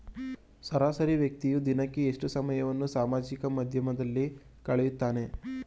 ಸರಾಸರಿ ವ್ಯಕ್ತಿಯು ದಿನಕ್ಕೆ ಎಷ್ಟು ಸಮಯವನ್ನು ಸಾಮಾಜಿಕ ಮಾಧ್ಯಮದಲ್ಲಿ ಕಳೆಯುತ್ತಾನೆ?